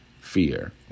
fear